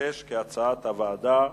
ו-6 כהצעת הוועדה.